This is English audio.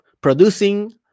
producing